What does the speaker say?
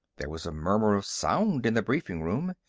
there was a murmur of sound in the briefing room.